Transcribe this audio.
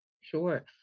Sure